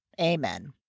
Amen